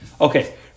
Okay